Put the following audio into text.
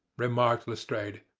remarked lestrade.